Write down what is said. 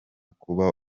kuba